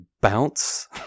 bounce